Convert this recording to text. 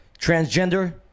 transgender